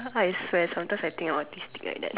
sometimes I swear sometimes I think I autistic like that